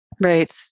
right